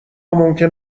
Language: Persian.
ممکن